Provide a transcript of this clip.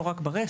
לא רק ברשת,